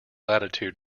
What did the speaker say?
attitude